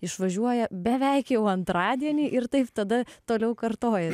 išvažiuoja beveik jau antradienį ir taip tada toliau kartoja